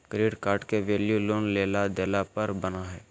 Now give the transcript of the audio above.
credit card के value loan लेला देला पर बना हइ